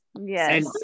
Yes